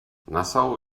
nassau